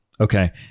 Okay